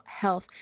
health